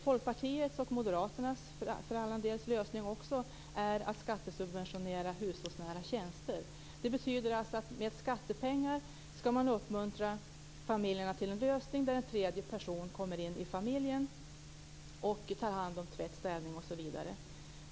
Folkpartiets och för all del också Moderaternas lösning är att skattesubventionera hushållsnära tjänster. Man skall alltså med skattepengar uppmuntra familjerna till en lösning där en tredje person kommer in i familjen för att ta hand om tvätt, städning osv.